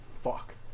Fuck